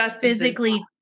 physically-